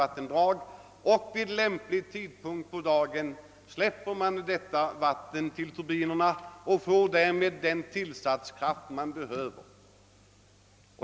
Vattnet släpps på vid lämplig tidpunkt på dagen till turbinerna, och man får därmed den tillsatskraft man behöver.